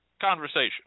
conversation